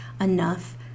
enough